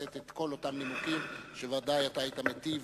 לשאת את כל אותם נימוקים שוודאי אתה היית מיטיב,